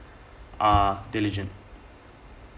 are diligence